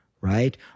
right